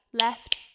left